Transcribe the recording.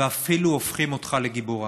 ואפילו הופכים אותך לגיבורה.